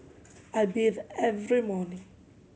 I bathe every morning